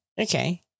Okay